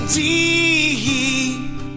deep